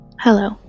Hello